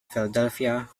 philadelphia